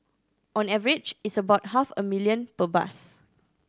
on average it's about half a million per bus